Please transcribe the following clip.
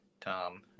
Tom